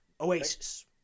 oasis